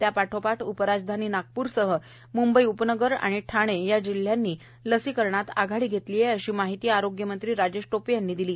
त्यापाठोपाठ उपराजधानी नागप्रसह मुंबई उपनगर ठाणे या जिल्ह्यांनी लसीकरणात आघाडी घेतली आहे अशी माहिती आरोग्यमंत्री राजेश टोपे यांनी दिली